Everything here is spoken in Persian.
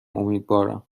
امیدوارم